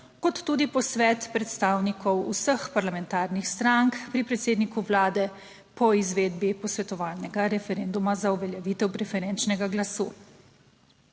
kot tudi posvet predstavnikov vseh parlamentarnih strank pri predsedniku vlade po izvedbi posvetovalnega referenduma za uveljavitev preferenčnega glasu.